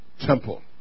temple